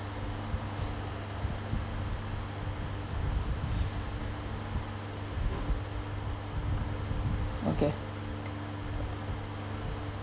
okay